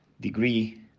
degree